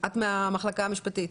את מהמחלקה המשפטית,